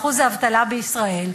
לאחוז האבטלה בישראל,